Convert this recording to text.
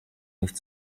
nicht